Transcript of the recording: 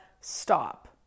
stop